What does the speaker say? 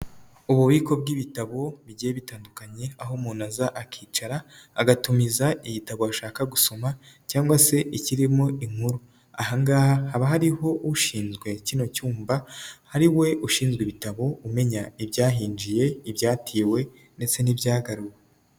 Ububiko bw'ibitabo bigiye bitandukanye, aho umuntu aza akicara agatumiza igitabo ashaka gusoma cyangwa se ikirimo inkuru. Aha ngaha haba hariho ushinzwe kino cyumba ariwe ushinzwe ibitabo umenya ibyahinjiye, ibyatiwe ndetse n'ibyagaruwe.